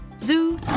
Zoo